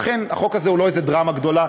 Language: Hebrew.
אכן, החוק הזה הוא לא איזו דרמה גדולה.